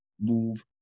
move